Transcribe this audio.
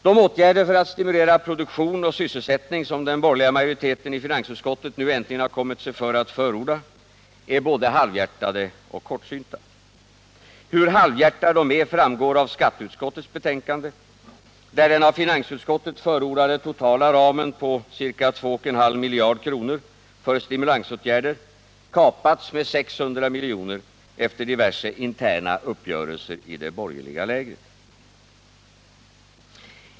De åtgärder för att stimulera produktion och sysselsättning som den borgerliga majoriteten i finansutskottet nu äntligen kommit sig för att förorda är både halvhjärtade och kortsynta. Hur halvhjärtade de är framgår av skatteutskottets betänkande, där den av finansutskottet förordade totala ramen på ca 2,5 miljarder kronor för stimulansåtgärder kapats med 600 milj.kr. efter diverse interna uppgörelser i det borgerliga lägret.